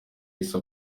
yahise